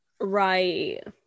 Right